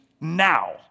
now